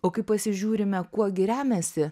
o kai pasižiūrime kuo gi remiasi